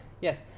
Yes